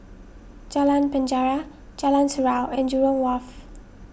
Jalan Penjara Jalan Surau and Jurong Wharf